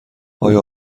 آیا